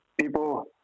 people